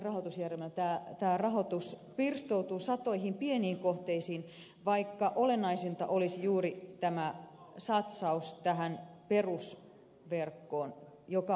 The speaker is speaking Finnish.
nykyisen kaltaisella rahoitusjärjestelmällä tämä rahoitus pirstoutuu satoihin pieniin kohteisiin vaikka olennaista olisi juuri satsaus perusverkkoon joka on keskeistä